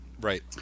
Right